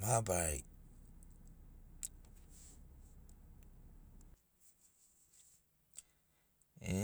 Mabarari e